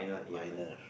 minor